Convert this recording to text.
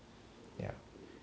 yup